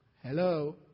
Hello